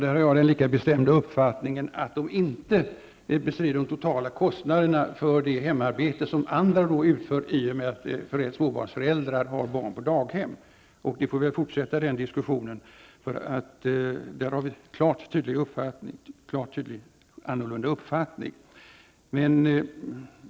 Fru talman! Min lika bestämda uppfattning är att de inte bestrider de totala kostnaderna för det hemarbete som andra utför i och med att småbarnsföräldrar har barn på daghem. Vi får fortsätta den diskussionen, eftersom vi har klart annorlunda uppfattningar.